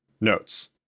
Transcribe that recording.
Notes